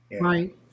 Right